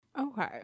okay